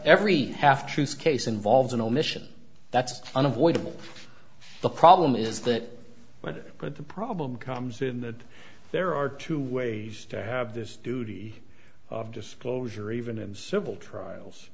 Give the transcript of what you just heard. every half truths case involves an omission that's unavoidable the problem is that but but the problem comes in that there are two ways to have this duty of disclosure even in civil trials